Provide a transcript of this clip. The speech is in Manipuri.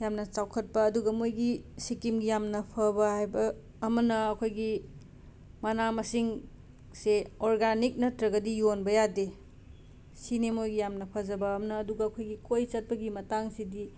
ꯌꯥꯝꯅ ꯆꯥꯎꯈꯠꯄ ꯑꯗꯨꯒ ꯃꯣꯏꯒꯤ ꯁꯤꯀꯤꯝꯒꯤ ꯌꯥꯝꯅ ꯐꯕ ꯍꯥꯏꯕ ꯑꯃꯅ ꯑꯩꯈꯣꯏꯒꯤ ꯃꯅꯥ ꯃꯁꯤꯡꯁꯦ ꯑꯣꯔꯒꯥꯅꯤꯛ ꯅꯠꯇ꯭ꯔꯒꯗꯤ ꯌꯣꯟꯕ ꯌꯥꯗꯦ ꯁꯤꯅꯤ ꯃꯣꯏꯒꯤ ꯌꯥꯝꯅ ꯐꯖꯕ ꯑꯝꯅ ꯑꯗꯨꯒ ꯑꯩꯈꯣꯏꯒꯤ ꯀꯣꯏꯕ ꯆꯠꯄꯒꯤ ꯃꯇꯥꯡꯁꯤꯗꯤ